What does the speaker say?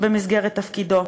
במסגרת תפקידו,